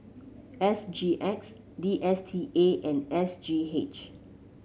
S G X D S T A and S G H